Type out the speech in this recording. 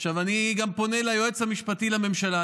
עכשיו, אני גם פונה ליועץ המשפטי לממשלה.